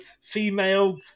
female